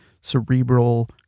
cerebral